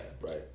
right